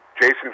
Jason